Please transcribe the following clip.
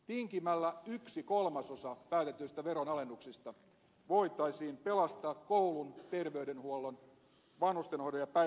tinkimällä yksi kolmasosa päätetyistä veronalennuksista voitaisiin pelastaa koulun terveydenhuollon vanhustenhoidon ja päivähoidon peruspalvelut